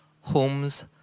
homes